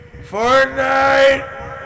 Fortnite